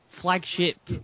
flagship